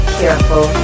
careful